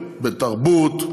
בתרבות,